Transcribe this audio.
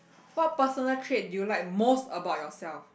what personal trait do you like most about yourself